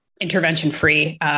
intervention-free